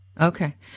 Okay